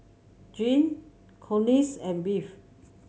Jeanne Collins and Bev